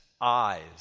eyes